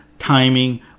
timing